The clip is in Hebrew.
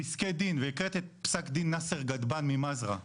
פסקי דין והקראת את פסק דין נאסר גדבאן ממזרע.